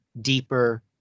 deeper